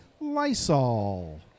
Lysol